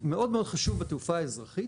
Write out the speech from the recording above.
מאוד חשוב בתעופה האזרחית,